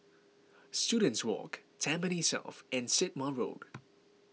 Students Walk Tampines South and Sit Wah Road